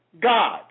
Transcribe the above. God